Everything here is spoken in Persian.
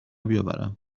بیاورم